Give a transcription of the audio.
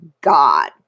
God